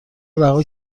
رها